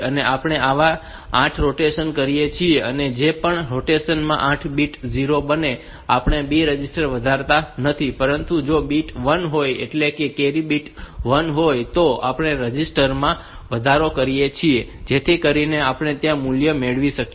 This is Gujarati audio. તો આપણે આવા 8 રોટેશન કરીએ છીએ અને જે પણ રોટેશન માં બીટ 0 બને તો આપણે B રજિસ્ટર વધારતા નથી પરંતુ જો બીટ 1 હોય તો એટલે કે કેરી બીટ 1 હોય તો આપણે રજીસ્ટર માં વધારો કરીએ છીએ જેથી કરીને આપણે ત્યાં મૂલ્ય મેળવી શકીએ